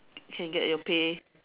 can get your pay